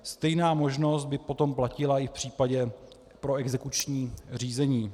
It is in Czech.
Stejná možnost by potom platila i v případě pro exekuční řízení.